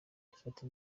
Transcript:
ifata